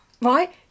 Right